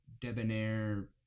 debonair